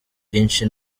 byinshi